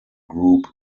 group